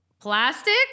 Plastic